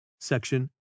SECTION